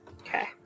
Okay